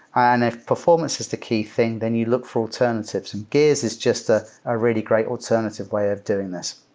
ah and if performance is the key thing, then you look for alternatives. gears is just a ah really great alternative way of doing this